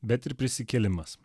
bet ir prisikėlimas